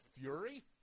fury